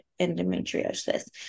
endometriosis